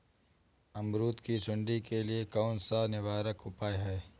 अमरूद की सुंडी के लिए कौन सा निवारक उपाय है?